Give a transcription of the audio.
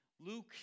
Luke